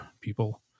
people